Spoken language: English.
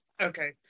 okay